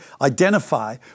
identify